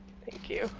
thank you.